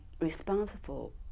responsible